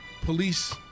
police